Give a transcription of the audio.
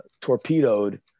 torpedoed